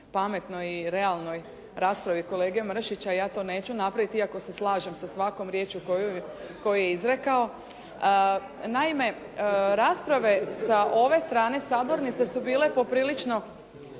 pametnoj i realnoj raspravi kolege Mršića, ja to neću napraviti iako se slažem sa svakom riječju koju je izrekao. Naime, rasprave sa ove strane sabornice su bile poprilično,